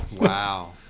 Wow